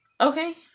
Okay